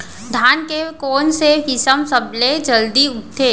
धान के कोन से किसम सबसे जलदी उगथे?